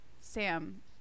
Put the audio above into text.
Sam